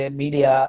media